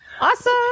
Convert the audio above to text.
Awesome